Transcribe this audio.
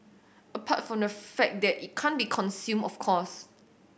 apart from the fact that it can't be consumed of course